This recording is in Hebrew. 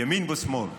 ימין ושמאל,